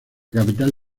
capital